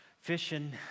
fishing